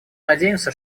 надеемся